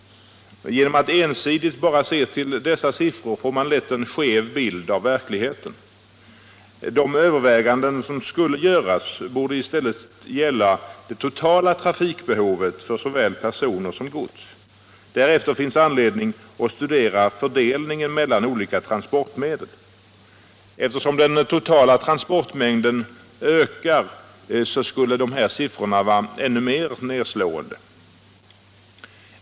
Genom att ensidigt se till dessa siffror får man lätt en skev bild av verkligheten. De överväganden som skulle göras borde i stället gälla det totala trafikbehovet för såväl personer som gods. Därefter finns anledning att studera fördelningen mellan olika transportmedel. Eftersom den totala transportmängden ökar skulle dessa siffror vara ännu mer nedslående.